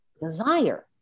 Desire